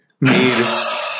made